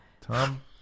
Tom